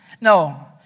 No